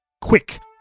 Quick